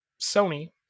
Sony